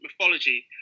mythology